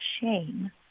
shame